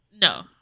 No